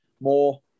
more